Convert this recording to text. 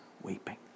weeping